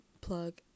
plug